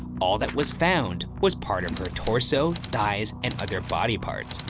all that was found was part of her torso, thighs, and other body parts.